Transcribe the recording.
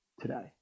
today